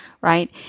right